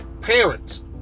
parents